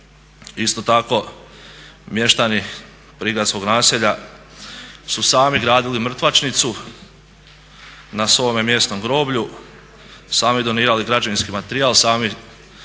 Isto tako mještani prigradskog naselja su sami gradili mrtvačnicu na svome mjesnom groblju, sami donirali građevinski materijal, sami